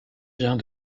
vient